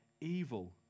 evil